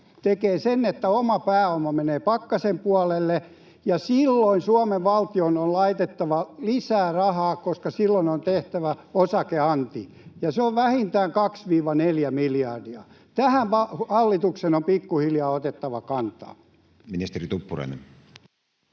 tekevät sen, että oma pääoma menee pakkasen puolelle, ja silloin Suomen valtion on laitettava lisää rahaa, koska silloin on tehtävä osakeanti, ja se on vähintään kaksi—neljä miljardia. Tähän hallituksen on pikkuhiljaa otettava kantaa. Ministeri Tuppurainen.